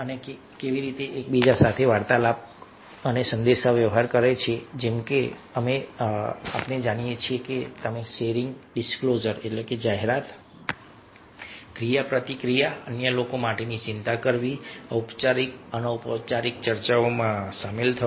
અને એકબીજા સાથે વાર્તાલાપ અને સંદેશાવ્યવહાર જેમ કે તમે જાણો છો તેમાં શેરિંગ ડિસ્ક્લોઝરજાહેરાત ક્રિયાપ્રતિક્રિયા અન્ય લોકો માટે ચિંતા કરતી ઔપચારિક અનૌપચારિક ચર્ચાઓ શામેલ છે